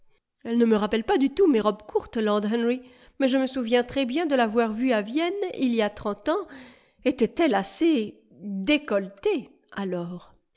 elle ne me rappelle pas du tout mes robes courtes lord henry mais je me souviens très bien de l'avoir vue à vienne il y a trente ans etait elle assez décolletée alors